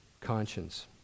conscience